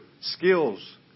skills